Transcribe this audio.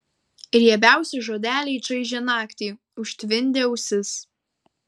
riebiausi žodeliai čaižė naktį užtvindė ausis